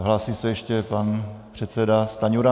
Hlásí se ještě pan předseda Stanjura?